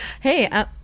Hey